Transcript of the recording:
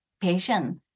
patient